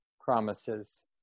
promises